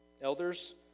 elders